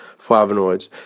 flavonoids